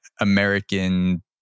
American